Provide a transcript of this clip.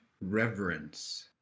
reverence